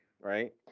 right